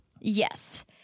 Yes